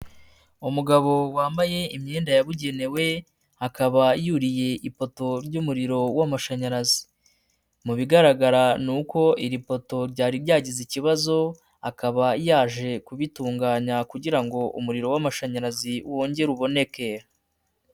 Umugabo wambaye imyenda yabugenewe, akaba yuriye ifoto ry'umuriro w'amashanyarazi, mu bigaragara ni uko iri poto ryari ryagize ikibazo, akaba yaje kubitunganya kugira ngo umuriro w'amashanyarazi wongere ubonekera.